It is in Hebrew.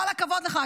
כל הכבוד לך,